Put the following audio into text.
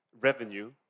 revenue